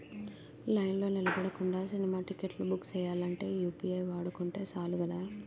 లైన్లో నిలబడకుండా సినిమా టిక్కెట్లు బుక్ సెయ్యాలంటే యూ.పి.ఐ వాడుకుంటే సాలు కదా